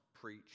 preach